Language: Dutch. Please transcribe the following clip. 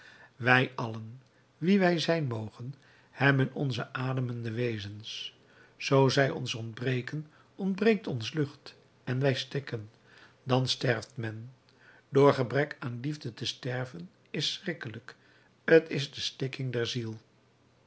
wij allen wie wij zijn mogen hebben onze ademende wezens zoo zij ons ontbreken ontbreekt ons lucht en wij stikken dan sterft men door gebrek aan liefde te sterven is schrikkelijk t is de stikking der ziel